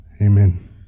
Amen